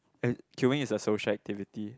queueing is a social activity